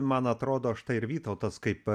man atrodo štai ir vytautas kaip